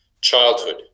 childhood